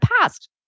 past